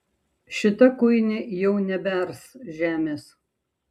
šita kuinė jau nebears žemės